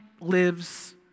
lives